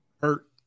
hurt